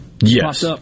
Yes